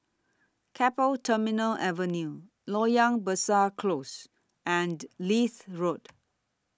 Keppel Terminal Avenue Loyang Besar Close and Leith Road